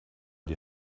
die